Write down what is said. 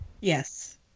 yes